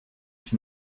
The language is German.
ich